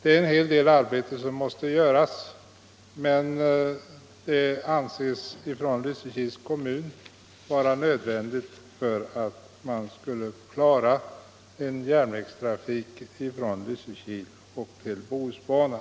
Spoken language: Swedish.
Det är en hel del arbete som måste göras, men det anses från Lysekils kommuns sida vara nödvändigt för att man skall klara en järnvägstrafik på sträckan från Lysekil till Bohusbanan.